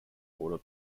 order